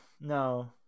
no